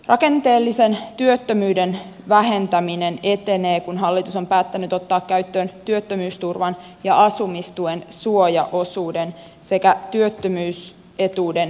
rakenteellisen työttömyyden vähentäminen etenee kun hallitus on päättänyt ottaa käyttöön työttömyysturvan ja asumistuen suojaosuuden sekä työttömyysetuuden ennakkomaksun